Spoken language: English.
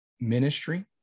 ministry